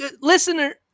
Listener